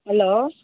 hello